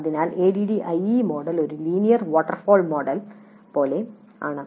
അതിനാൽ ADDIE model ഒരു linear waterfall model പോലെ ആണ്